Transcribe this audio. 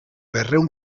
berrehun